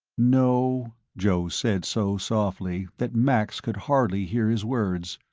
no, joe said so softly that max could hardly hear his words.